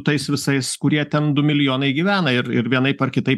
tais visais kurie ten du milijonai gyvena ir ir vienaip ar kitaip